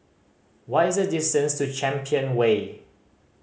what is the distance to Champion Way